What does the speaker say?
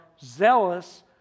zealous